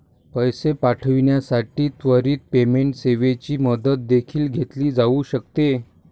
पैसे पाठविण्यासाठी त्वरित पेमेंट सेवेची मदत देखील घेतली जाऊ शकते